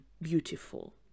beautiful